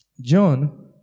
John